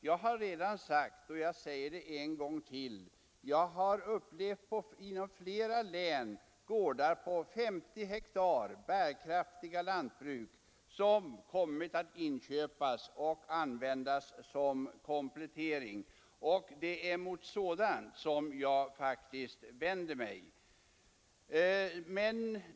Jag har redan sagt — och säger en gång till — att jag inom flera län har upplevt att gårdar på 50 hektar, bärkraftiga lantbruk, kommit att inköpas och användas som komplettering. Det är mot sådant jag vänder mig.